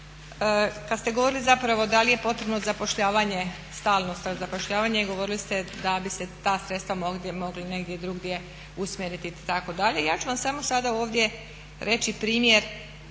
kada ste govorili da li je potrebno zapošljavanje stalnog, … a govorili ste da bi se ta sredstva mogla negdje drugdje usmjeriti itd. Ja ću vam samo sada ovdje reći primjer